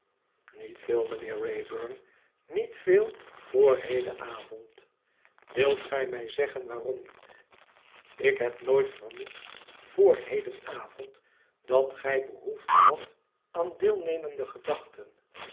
niet veel mijnheer wraybum niet veel vr heden avond wilt gij mij zeggen waarom niet ik heb nooit vermoed vr heden avond dat gij behoefte hadt aan deelnemende gedachten